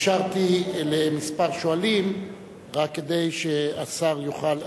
אפשרתי לכמה שואלים רק כדי שהשר יוכל,